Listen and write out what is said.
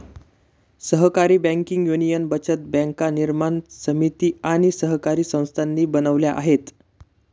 सहकारी banking union बचत बँका निर्माण समिती आणि सहकारी संस्थांनी बनवल्या आहेत